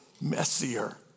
messier